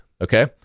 okay